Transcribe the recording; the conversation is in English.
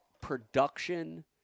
production